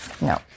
no